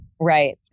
Right